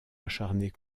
acharnés